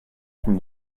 from